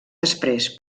després